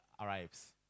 arrives